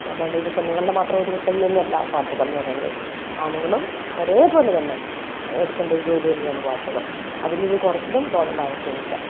അല്ലാണ്ട് ഇത് പെണ്ണുങ്ങളുടെ മാത്രം ഒരു കുത്തകയൊന്നും അല്ല പാചകം എന്ന് പറയണത് ആണുങ്ങളും ഒരേപോലെതന്നെ എടുക്കേണ്ട ഒരു ജോലി തന്നെയാണ് പാചകം അതിൽ ഒരു കുറച്ചിലും തോന്നേണ്ട ആവിശ്യം ഒന്നും ഇല്ല